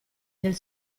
del